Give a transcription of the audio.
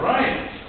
Right